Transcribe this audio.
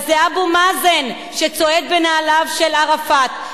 אלא זה אבו מאזן שצועד בנעליו של ערפאת.